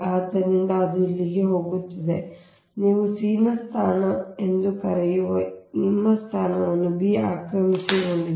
ಆದ್ದರಿಂದ ಅದು ಇಲ್ಲಿಗೆ ಹೋಗುತ್ತದೆ ಮತ್ತು ನೀವು c ನ ಸ್ಥಾನ ಎಂದು ಕರೆಯುವ ನಿಮ್ಮ ಸ್ಥಾನವನ್ನು b ಆಕ್ರಮಿಸಿಕೊಂಡಿದೆ